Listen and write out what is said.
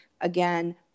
again